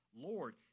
lord